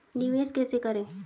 निवेश कैसे करें?